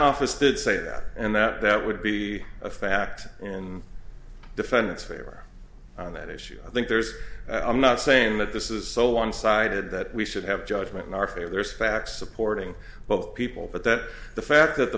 office did say that and that that would be a fact in defendant's favor on that issue i think there's i'm not saying that this is so one sided that we should have judgment in our favor there's facts supporting both people but that the fact that the